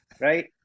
right